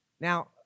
Now